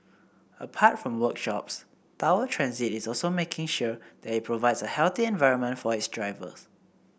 apart from workshops Tower Transit is also making sure that it provides a healthy environment for its drivers